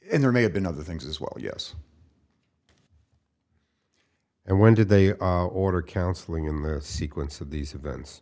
and there may have been other things as well yes and when did they order counseling in the sequence of these events